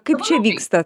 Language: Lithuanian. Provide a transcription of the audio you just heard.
kaip čia vyksta